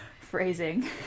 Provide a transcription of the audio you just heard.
Phrasing